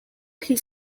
his